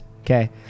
okay